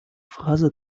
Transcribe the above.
фраза